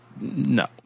No